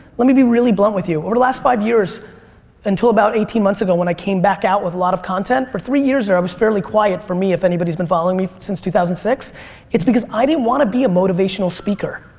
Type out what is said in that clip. let me be really blunt with you over the last five years until about eighteen months ago when i came back out with a lot of content for three years there i was fairly quiet for me if anybody's been following me since two thousand and six it's because i didn't want to be a motivational speaker.